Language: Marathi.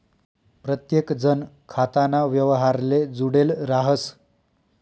प्रत्येकजण खाताना व्यवहारले जुडेल राहस